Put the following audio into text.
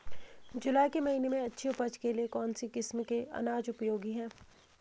जुलाई के महीने में अच्छी उपज के लिए कौन सी किस्म के अनाज उपयोगी हैं?